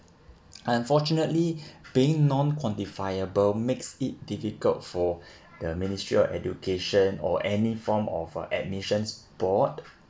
unfortunately being non-quantifiable makes it difficult for the ministry of education or any form of uh admissions board